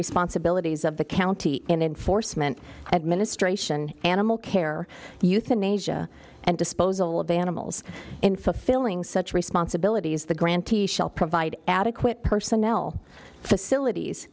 responsibilities of the county and enforcement administration animal care euthanasia and disposal of animals in fulfilling such responsibilities the grantee shall provide adequate personnel facilities